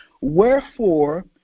wherefore